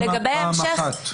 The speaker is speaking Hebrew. למה פעם אחת?